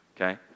okay